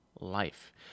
life